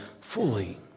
fully